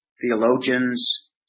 theologians